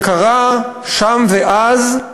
זה קרה שם ואז,